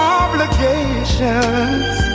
obligations